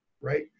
right